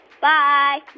Bye